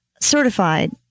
certified